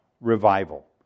revival